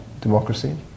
democracy